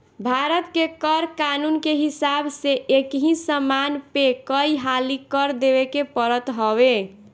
भारत के कर कानून के हिसाब से एकही समान पे कई हाली कर देवे के पड़त हवे